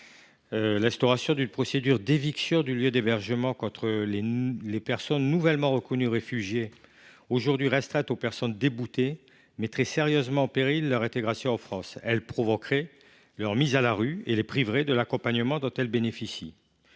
L’instauration d’une procédure d’éviction du lieu d’hébergement des personnes nouvellement reconnues comme réfugiées, aujourd’hui restreinte aux personnes déboutées, mettrait sérieusement en péril leur intégration en France. Elle provoquerait leur mise à la rue et les priverait de l’accompagnement dont elles bénéficient.